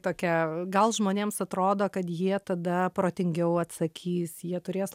tokia gal žmonėms atrodo kad jie tada protingiau atsakys jie turės